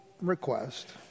request